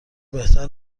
بهتر